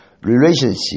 Relationship